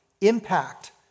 impact